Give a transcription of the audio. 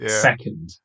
second